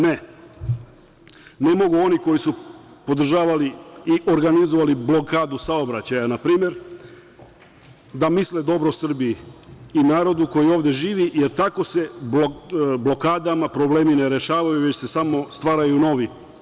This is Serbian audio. Ne, ne mogu oni koji su podržavali i organizovali blokadu saobraćaja npr. da misle dobro Srbiji i narodu koji ovde živi, jer tako se blokadama problemi ne rešavaju, već se samo stvaraju novi.